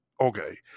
okay